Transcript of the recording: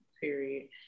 Period